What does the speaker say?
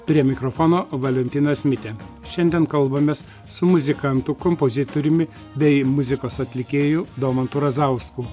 prie mikrofono valentinas mitė šiandien kalbamės su muzikantu kompozitoriumi bei muzikos atlikėju domantu razausku